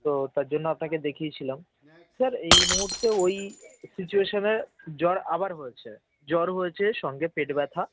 তো তার জন্য আপনাকে দেখিয়েছিলাম স্যার এই মুহূর্তে ওই সিচুয়েশানে জ্বর আবার হয়েছে জ্বর হয়েছে সঙ্গে পেট ব্যথা